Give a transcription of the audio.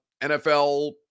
NFL